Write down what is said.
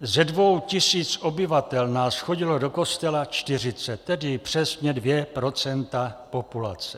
Ze dvou tisíc obyvatel nás chodilo do kostela čtyřicet, tedy přesně dvě procenta populace.